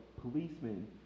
policemen